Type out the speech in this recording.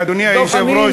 אדוני היושב-ראש,